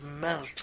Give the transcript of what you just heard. melt